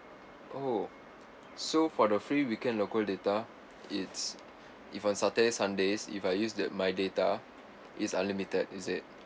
oh so for the free weekend local data it's if on saturday sunday if I use that my data is unlimited is it